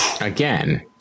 Again